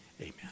Amen